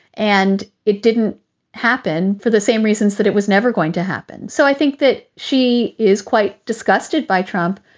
and it didn't happen for the same reasons that it was never going to happen. so i think that she is quite disgusted by trump.